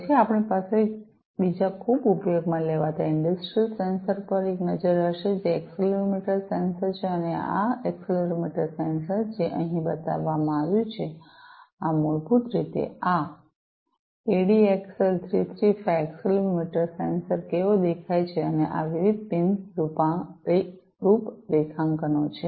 પછી આપણી પાસે બીજા ખૂબ ઉપયોગમાં લેવાતા ઇંડસ્ટ્રિયલ સેન્સર પર એક નજર હશે જે એક્સેલરોમીટર સેન્સર છે અને આ આ એક્સેલરોમીટર સેન્સર છે જે અહીં બતાવવામાં આવ્યું છે આ મૂળભૂત રીતે આ એડીએક્સએલ ૩૩૫ એક્સેલરોમીટર સેન્સર કેવો દેખાય છે અને આ વિવિધ પિન રૂપરેખાંકનો છે